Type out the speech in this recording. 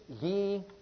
ye